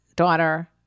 Daughter